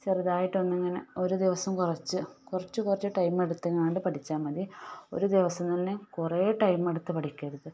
ചെറുതായിട്ടൊന്നങ്ങനെ ഒരു ദിവസം കുറച്ച് കുറച്ച് കുറച്ച് ടൈമെടുത്ത് പഠിച്ചാൽ മതി ഒരു ദിവസം തന്നെ കുറേ ടൈമെടുത്ത് പഠിക്കരുത്